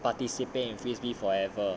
participate in frisbee forever